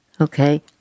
Okay